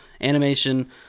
Animation